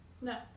No